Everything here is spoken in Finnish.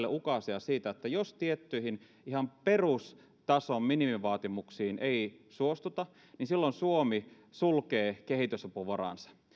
maille ukaaseja siitä että jos tiettyihin ihan perustason minimivaatimuksiin ei suostuta niin silloin suomi sulkee kehitysapuvaransa